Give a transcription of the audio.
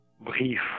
brief